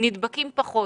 נדבקים פחות